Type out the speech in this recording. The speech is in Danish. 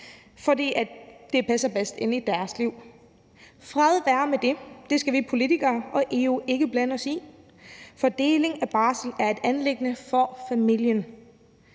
fordi det passer bedst ind i deres liv. Fred være med det. Det skal vi politikere og EU ikke blande os i; fordeling af barsel er et anliggende for familien.